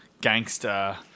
gangster